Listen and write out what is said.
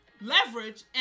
leverage